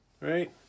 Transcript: right